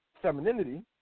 femininity